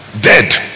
Dead